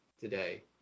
today